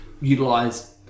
utilize